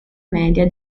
media